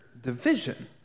division